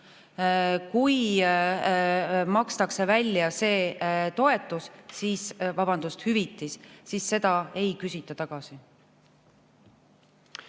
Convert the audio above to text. kui makstakse välja see toetus või, vabandust, hüvitis, siis seda ei küsita tagasi.